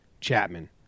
Chapman